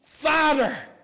Father